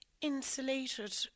insulated